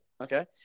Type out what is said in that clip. Okay